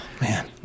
man